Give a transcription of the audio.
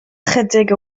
ychydig